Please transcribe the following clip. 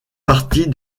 partie